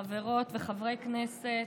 חברות וחברי כנסת,